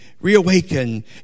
reawaken